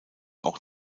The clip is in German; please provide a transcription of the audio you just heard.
auch